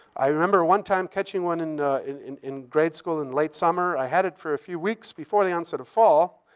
i remember one time catching one and in in grade school in late summer. i had it for a few weeks before the onset of fall.